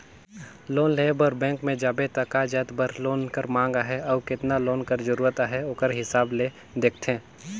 loan लेय बर bank में जाबे त का जाएत बर लोन कर मांग अहे अउ केतना लोन कर जरूरत अहे ओकर हिसाब ले देखथे